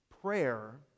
Prayer